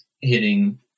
hitting